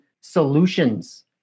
solutions